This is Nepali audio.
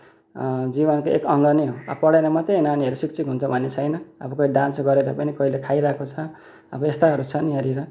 जीवनको एक अङ्ग नै हो अब पढेर मात्रै नानीहरू शिक्षित हुन्छ भन्ने छैन अब कोही डान्स गरेर पनि कोहीले खाइरहेको छ अब यस्ताहरू छन् यहाँनिर